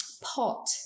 pot